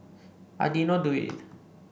I did not do it